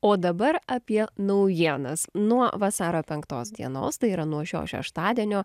o dabar apie naujienas nuo vasario penktos dienos tai yra nuo šio šeštadienio